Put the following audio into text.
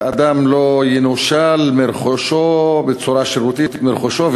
אדם לא ינושל בצורה שרירותית מרכושו,